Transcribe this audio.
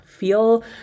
feel